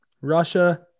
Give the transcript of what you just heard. Russia